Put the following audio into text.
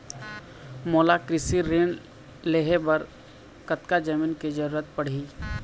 मोला कृषि ऋण लहे बर कतका जमीन के जरूरत पड़ही?